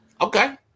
Okay